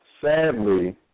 Sadly